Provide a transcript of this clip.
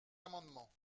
amendement